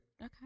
Okay